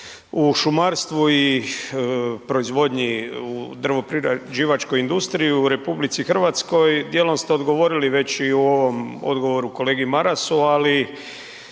u šumarstvu i proizvodnji u drvoprerađivačkoj industriji u RH, dijelom ste odgovorili već i u ovom odgovoru kolegi Marasu, ali